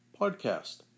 podcast